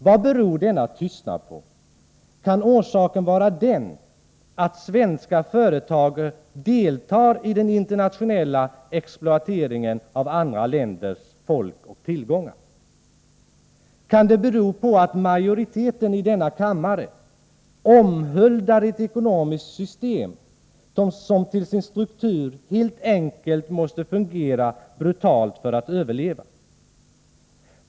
Vad beror denna tystnad på? Kan orsaken vara den, att svenska företag deltar i den internationella exploateringen av andra länders folk och tillgångar? Kan tystnaden bero på att majoriteten i denna kammare omhuldar ett ekonomiskt system som till sin struktur helt enkelt måste fungera brutalt för att överleva?